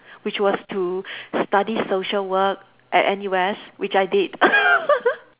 which was to study social work at N_U_S which I did